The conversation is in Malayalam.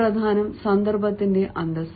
പ്രധാനം സന്ദർഭത്തിന്റെ അന്തസ്സാണ്